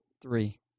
three